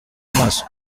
amaso